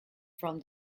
from